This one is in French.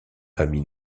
ami